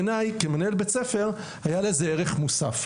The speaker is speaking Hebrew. בעיניי כמנהל בית ספר היה לזה ערך מוסף.